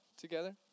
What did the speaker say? together